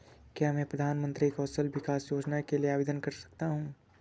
क्या मैं प्रधानमंत्री कौशल विकास योजना के लिए आवेदन कर सकता हूँ?